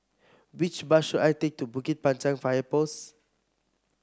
which bus should I take to Bukit Panjang Fire Post